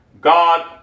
God